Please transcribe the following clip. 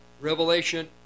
Revelation